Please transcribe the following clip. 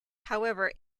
however